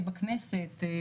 בכנסת,